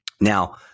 Now